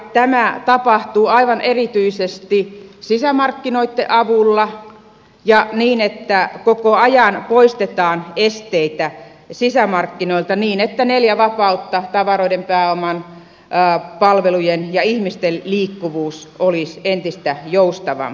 tämä tapahtuu aivan erityisesti sisämarkkinoitten avulla ja niin että koko ajan poistetaan esteitä sisämarkkinoilta niin että neljä vapautta tavaroiden pääoman palvelujen ja ihmisten liikkuvuus olisi entistä joustavampaa